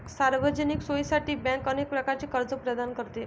सार्वजनिक सोयीसाठी बँक अनेक प्रकारचे कर्ज प्रदान करते